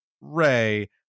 Ray